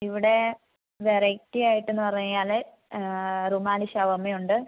ഇവിടെ വെറൈറ്റി ആയിട്ടെന്ന് പറഞ്ഞ്കഴിഞ്ഞാല് റുമാലി ഷവർമയുണ്ട്